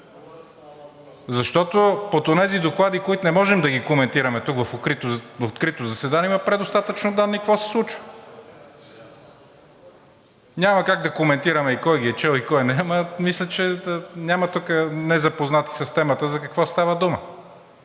Защото под онези доклади, които не можем да ги коментираме тук в открито заседание, има предостатъчно данни какво се случва! Няма как да коментираме и кой ги е чел, кой не – мисля, че тук няма незапознати с темата за какво става дума.